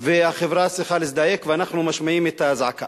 והחברה צריכה להזדעק, ואנחנו משמיעים את הזעקה.